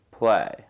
play